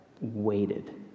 waited